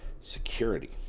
security